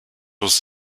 was